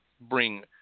bring